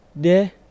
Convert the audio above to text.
De